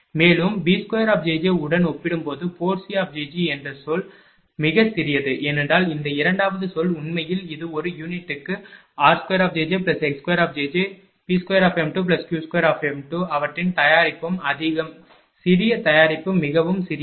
மேலும் b2 உடன் ஒப்பிடும்போது 4c என்ற சொல் மிகச் சிறியது ஏனென்றால் இந்த இரண்டாவது சொல் உண்மையில் இது ஒரு யூனிட்டுக்கு r2jjx2P2m2Q2 அவற்றின் தயாரிப்பும் அதிகம் சிறிய தயாரிப்பு மிகவும் சிறியது